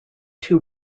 two